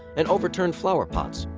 and overturned flowerpots.